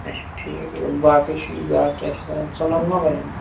اَچھا ٹھیٖک باقٕے چھُ یہِ بیٛاکھ کیٛاہ چھِ اَتھ وَنان ژٕنَن ما بنَن